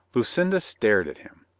lucinda stared at him.